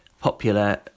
popular